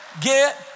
get